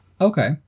Okay